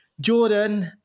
Jordan